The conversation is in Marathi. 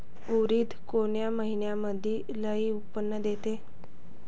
उडीद कोन्या मातीमंदी लई उत्पन्न देते?